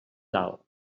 dalt